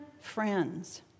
friends